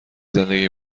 زندگی